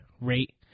rate